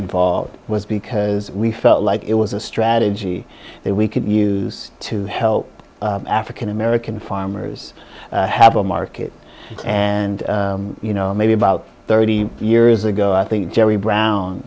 involved was because we felt like it was a strategy that we could use to help african american farmers have a market and you know maybe about thirty years ago i think jerry brown